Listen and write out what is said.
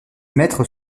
maîtres